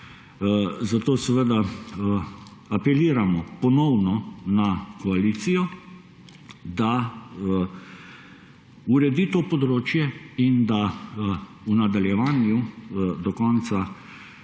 Zato ponovno apeliramo na koalicijo, da uredi to področje in da v nadaljevanju do konca